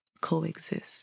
coexist